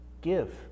give